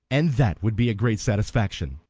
and that would be a great satisfaction.